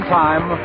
time